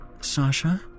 Sasha